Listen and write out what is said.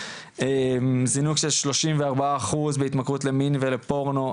זינוק של 34 אחוז בהתמכרות למין ולפורנו,